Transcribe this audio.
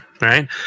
right